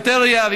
סוטריה,